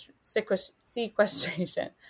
sequestration